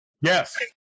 Yes